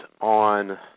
on